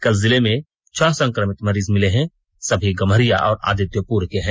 कल जिले में छह संक्रमित मरीज मिले हैं सभी गम्हरिया और आदित्यपुर के हैं